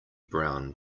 brown